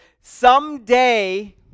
someday